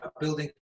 building